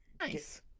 Nice